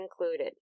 included